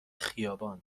خیابان